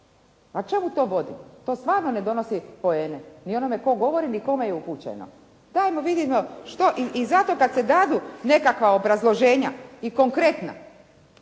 A čemu to vodi? To stvarno ne donosi poene ni onome tko govori ni kome je upućeno. Dajmo vidimo. I zato kad se dadu nekakva obrazloženja i konkretna